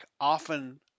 often